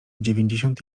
dziewięćdziesiąt